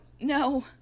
no